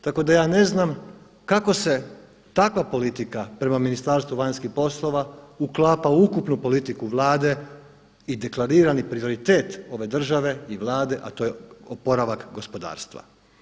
Tako da ja ne znam kako se takva politika prema Ministarstvu vanjskih poslova uklapa u ukupnu politiku Vlade i deklarirani prioritet ove države i Vlade, a to je oporavak gospodarstva.